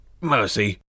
mercy